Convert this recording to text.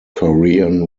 korean